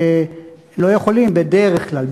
שלא יכולים בדרך כלל,